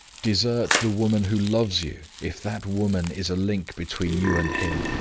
desert the woman who loves you, if that woman is a link between you and him.